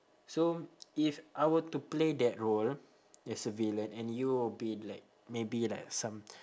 so if I were to play that role as a villain and you will be like maybe like some